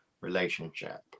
relationship